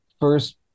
first